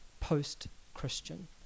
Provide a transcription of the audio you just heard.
post-Christian